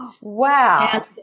wow